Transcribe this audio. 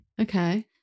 Okay